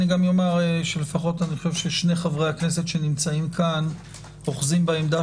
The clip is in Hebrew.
לפחות שני חברי הכנסת שנמצאים כאן אוחזים בעמדה